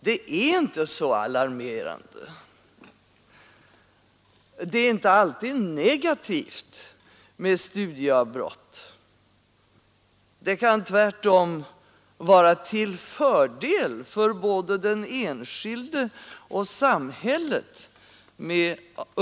Det är inte så alarmerande, det är inte alltid negativt med studieavbrott. Ett uppehåll i studierna kan tvärtom vara till fördel för både den enskilde och samhället.